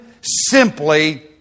simply